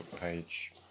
page